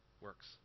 works